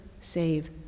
save